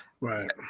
right